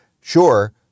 Sure